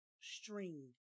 string